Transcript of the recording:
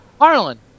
Harlan